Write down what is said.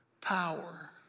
power